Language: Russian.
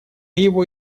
его